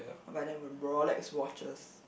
I will buy them with Rolex watches